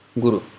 Guru